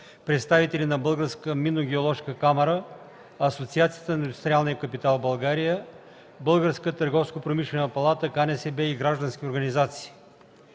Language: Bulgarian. представители на Българската минно-геоложка камара, Асоциацията на индустриалния капитал в България, Българската търговско-промишлена палата, КНСБ и граждански организации.